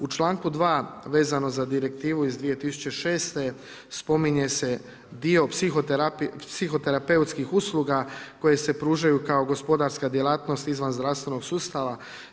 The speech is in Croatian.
U članku 2. vezano za direktivu iz 2006. spominje se dio psihoterapeutskih usluga, koje se pružaju kao gospodarska djelatnost izvan zdravstvenog sustava.